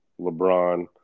LeBron